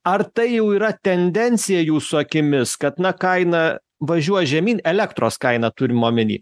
ar tai jau yra tendencija jūsų akimis kad na kaina važiuos žemyn elektros kaina turima omenyje